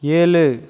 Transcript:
ஏழு